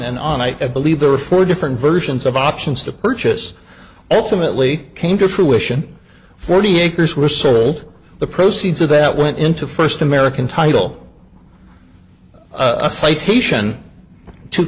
and on i believe there were four different versions of options to purchase ultimately came to fruition forty acres were sold the proceeds of that went into first american title a citation to